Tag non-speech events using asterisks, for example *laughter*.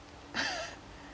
*laughs*